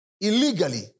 Illegally